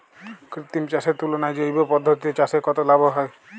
কৃত্রিম চাষের তুলনায় জৈব পদ্ধতিতে চাষে কত লাভ হয়?